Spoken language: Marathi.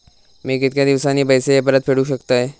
मी कीतक्या दिवसांनी पैसे परत फेडुक शकतय?